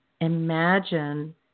imagine